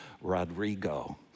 Rodrigo